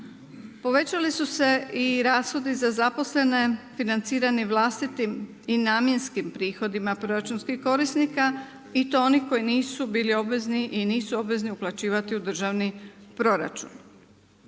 Povećali su se i rashodi za zaposlene financirani vlastitim i namjenskim prihodima proračunskih korisnika i to onih koji nisu bili obvezni i nisu obvezni uplaćivati u državni proračun.